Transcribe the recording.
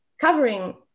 covering